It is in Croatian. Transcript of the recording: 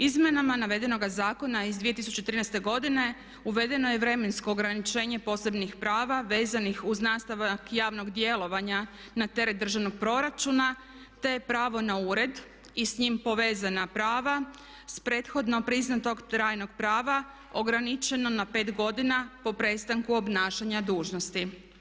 Izmjenama navedenoga zakona iz 2013. godine uvedeno je vremensko ograničenje posebnih prava vezanih uz nastavak javnog djelovanja na teret državnog proračuna, te pravo na ured i s njim povezana prava s prethodno priznatog trajnog prava ograničeno na pet godina po prestanka obnašanja dužnosti.